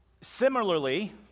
Similarly